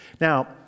Now